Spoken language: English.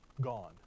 gone